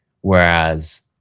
Whereas